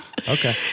Okay